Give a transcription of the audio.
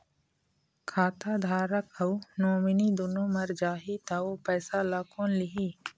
खाता धारक अऊ नोमिनि दुनों मर जाही ता ओ पैसा ला कोन लिही?